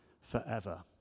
forever